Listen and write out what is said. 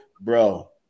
bro